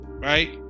right